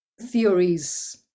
theories